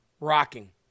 rocking